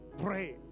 Pray